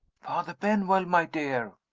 father benwell, my dear!